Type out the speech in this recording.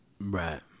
Right